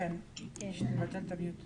שלום רב,